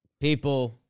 People